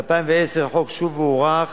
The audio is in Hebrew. ב-2010 החוק שוב הוארך,